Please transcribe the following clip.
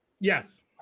Yes